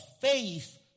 faith